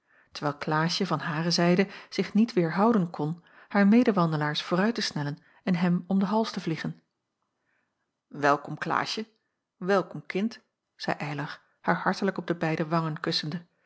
terwijl klaasje van hare zijde zich niet weêrhouden kon haar medewandelaars vooruit te snellen en hem om den hals te vliegen welkom klaasje welkom kind zeî eylar haar hartelijk op de beide wangen kussende